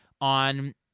on